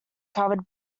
covered